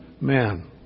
man